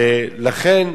לכן,